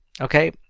okay